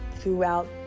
throughout